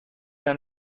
una